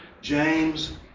James